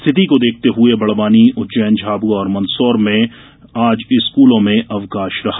स्थिति को देखते हुए बड़वानी उज्जैन झाबुआ और मंदसौर में स्कूलों में अवकाश रहा